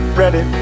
ready